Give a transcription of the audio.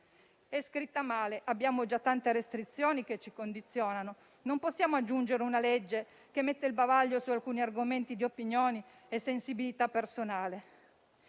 È scritta male. Abbiamo già tante restrizioni che ci condizionano e non possiamo aggiungere una legge che mette il bavaglio su alcuni argomenti di opinioni e sensibilità personali.